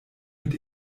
mit